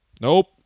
Nope